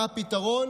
מה הפתרון?